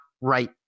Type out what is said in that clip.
right